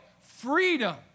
freedom